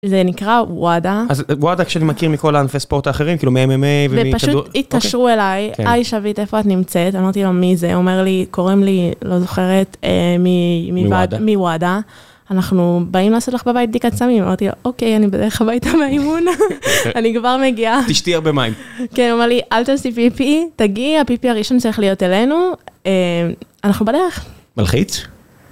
זה נקרא וואדה. אז וואדה, כשאני מכיר מכל הענפי ספורט האחרים, כאילו מ-MMA ומ-תדעות. והם פשוט התקשרו אליי, היי שביט, איפה את נמצאת? אמרתי לה, מי זה? אומר לי, קוראים לי, לא זוכרת, מוואדה. אנחנו באים לעשות לך בבית בדיקת סמים. אמרתי לו, אוקיי, אני בדרך כלל הביתה מהאימון. אני כבר מגיעה. תשתי מים. כן, הוא אמר לי, אל תעשי פיפי, תגיעי, הפיפי הראשון צריך להיות אלינו. אנחנו בדרך. מלחיץ?